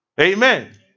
Amen